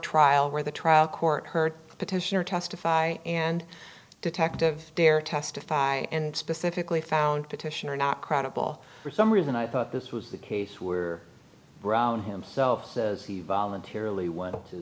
trial where the trial court heard the petitioner testify and detective dare testify and specifically found petitioner not credible for some reason i thought this was the case where brown himself says he voluntarily went